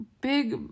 big